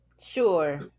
sure